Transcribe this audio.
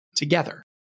together